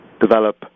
develop